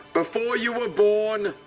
before you were born,